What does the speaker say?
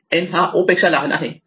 N हा O पेक्षा लहान आहे